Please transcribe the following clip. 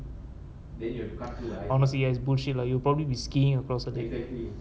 honestly ya is bullshit lah you probably be skiing across the lake